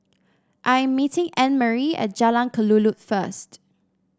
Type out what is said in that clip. I am meeting Annmarie at Jalan Kelulut first